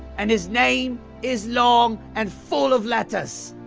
and his name is long and full of letters.